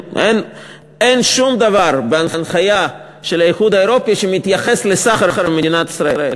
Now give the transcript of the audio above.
אין שום דבר בהנחיה של האיחוד האירופי שמתייחס לסחר עם מדינת ישראל.